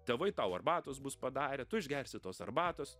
tėvai tau arbatos bus padarę tu išgersi tos arbatos